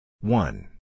one